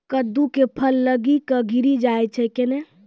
कददु के फल गली कऽ गिरी जाय छै कैने?